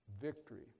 victory